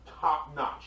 top-notch